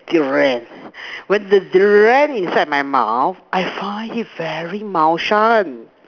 Durian when the Durian inside my mouth I find it very 猫山